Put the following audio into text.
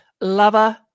Lover